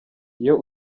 iyo